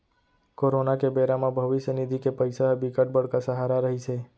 corona के बेरा म भविस्य निधि के पइसा ह बिकट बड़का सहारा रहिस हे